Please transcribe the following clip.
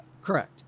Correct